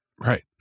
Right